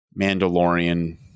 Mandalorian